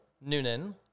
noonan